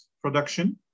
production